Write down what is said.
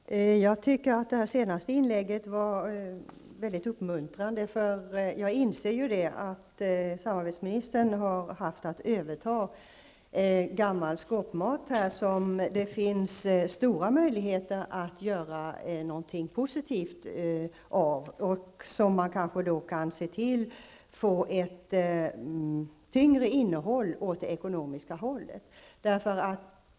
Herr talman! Jag tycker att det senaste inlägget var mycket uppmuntrande. Jag inser att samarbetsministern har fått överta gammal skåpmat som det finns stora möjligheter att göra någonting positivt av. Man kan kanske se till att det får en tyngd åt det ekonomiska hållet.